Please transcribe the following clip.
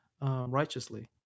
righteously